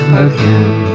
again